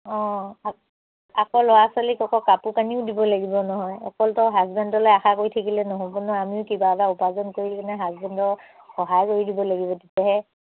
অঁ আকৌ ল'ৰা ছোৱালী আকৌ কাপোৰ কানিও দিব লাগিব নহয় অকলতো হাজবেণ্ডলৈ আশা কৰি থাকিলে নহ'ব নো আমিও কিবা এটা উপাৰ্জন কৰি কিনে হাজবেণ্ডৰ সহায় কৰি দিব লাগিব তেতিয়াহে